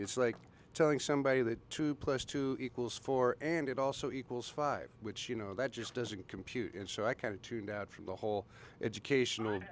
it's like telling somebody that two plus two equals four and it also equals five which you know that just doesn't compute and so i kind of tuned out from the whole education